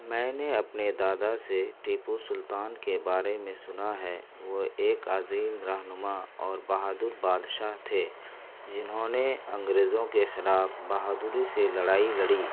میں نے اپنے دادا سے ٹیپو سلطان کے بارے میں سنا ہے وہ ایک عظیم رہنما اور بہادر بادشاہ تھے جنہوں نے انگریزوں کے خلاف بہادری سے لڑائی لڑی